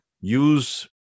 use